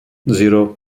zero